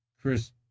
Chris